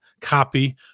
copy